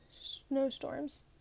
snowstorms